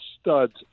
studs